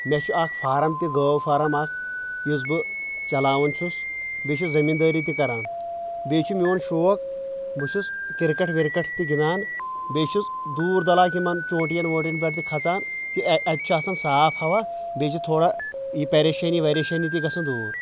مےٚ چھِ اکھ فارم تہِ گٲو فارم اکھ یُس بہٕ چلاوان چھُس بیٚیہِ چھِ زٔمیٖندٲری تہِ کران بیٚیہِ چھُ میون شوق بہٕ چھُس کرکٹ ورکٹ تہِ گِنٛدان بیٚیہِ چھُس دوٗر دلاک یِمن چونٹی ین وونٹی ین پٮ۪ٹھ تہِ کھژان کہِ اتہِ چھِ آسان صاف ہوا بیٚیہِ چھُ تھوڑا یہِ پریشٲنی تہٕ وریشٲنی تہِ گژھان دوٗر